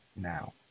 now